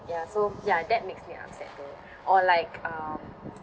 ya so ya that makes me upset or like um